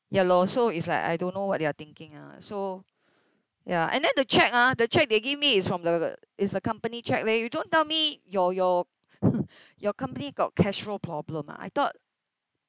ya lor so it's like I don't know what they are thinking ah so ya and then to cheque ah the cheque they give me is from the is accompany cheque leh you don't tell me your your your company got cash flow problem ah I thought